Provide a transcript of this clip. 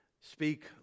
speak